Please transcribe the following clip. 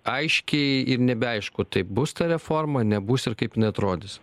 aiškiai ir nebeaišku tai bus ta reforma nebus ir kaip jinai neatrodys